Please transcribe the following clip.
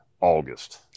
August